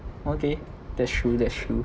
okay that's true that's true